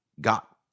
got